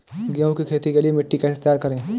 गेहूँ की खेती के लिए मिट्टी कैसे तैयार करें?